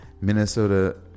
Minnesota